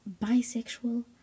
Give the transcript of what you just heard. bisexual